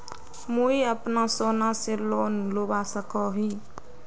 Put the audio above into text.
मुई अपना सोना से लोन लुबा सकोहो ही?